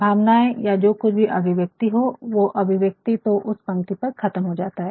भावनाये या जो कुछ भी अभिव्यक्ति हो वो अभिव्यक्ति तो उस पंक्ति पर ख़तम हो जाता है